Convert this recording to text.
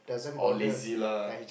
orh lazy lah